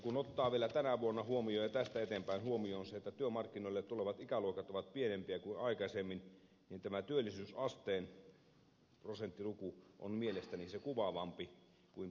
kun ottaa vielä tänä vuonna ja tästä eteenpäin huomioon sen että työmarkkinoille tulevat ikäluokat ovat pienempiä kuin aikaisemmin niin tämä työllisyysasteen prosenttiluku on mielestäni kuvaavampi kuin pelkkä työttömyysaste